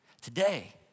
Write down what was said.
Today